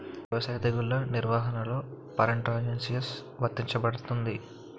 వ్యవసాయ తెగుళ్ల నిర్వహణలో పారాట్రాన్స్జెనిసిస్ఎ లా వర్తించబడుతుంది?